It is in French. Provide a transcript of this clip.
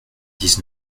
dix